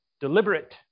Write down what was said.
Deliberate